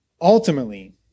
Ultimately